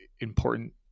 important